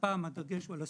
כשהפעם הדגש הוא על הסביבה,